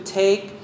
take